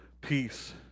peace